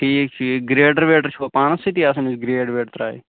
ٹھیٖک ٹھیٖک گرٛیڈَر ویڈَر چھُوا پانَس سۭتی آسان یُس گرٛیڈ ویڈ ترٛایہِ